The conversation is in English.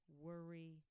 worry